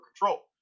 control